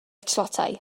tlotai